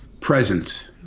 Presence